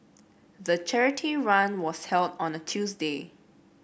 the charity run was held on a Tuesday